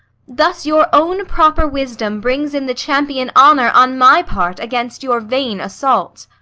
thus your own proper wisdom brings in the champion honour on my part against your vain assault.